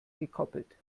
gekoppelt